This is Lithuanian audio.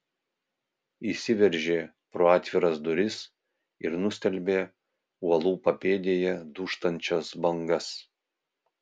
išsiveržė pro atviras duris ir nustelbė uolų papėdėje dūžtančias bangas